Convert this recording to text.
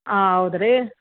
ಹಾಂ ಹೌದ್ ರೀ